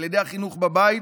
על ידי החינוך בבית